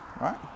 right